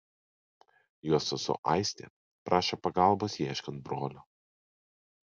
jo sesuo aistė prašo pagalbos ieškant brolio